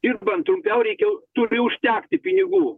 dirbant trumpiau reikia turi užtekti pinigų